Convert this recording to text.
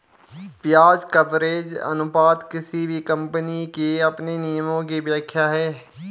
ब्याज कवरेज अनुपात किसी भी कम्पनी के अपने नियमों की व्याख्या है